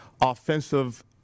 offensive